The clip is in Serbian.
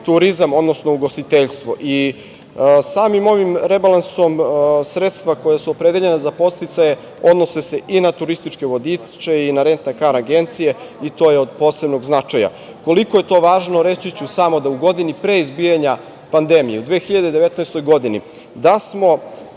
turizam, odnosno ugostiteljstvo. Samim ovim rebalansom sredstva koja su opredeljena za podsticaje odnose se i na turističke vodiče i na rent a kar agencije, i to je od posebnog značaja. Koliko je to važno, reći ću samo da u godini pre izbijanja pandemije, u 2019. godini, da smo